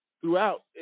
throughout